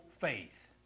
faith